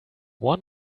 one